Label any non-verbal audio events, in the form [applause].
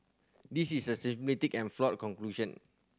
this is a [unintelligible] and flawed conclusion